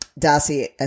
Darcy